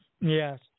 Yes